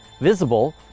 visible